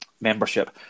membership